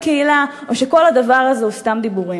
ללא צורך בחקיקה ואשר יקדמו שוויון זכויות לקהילה הלהט"בית.